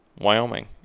wyoming